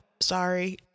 sorry